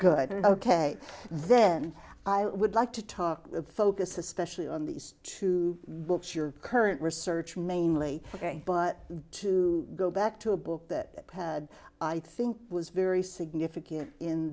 good ok then i would like to talk to focus especially on these two books your current research mainly ok but to go back to a book that had i think was very significant in